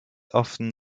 often